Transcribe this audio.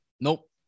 Nope